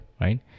Right